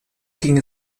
ging